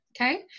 Okay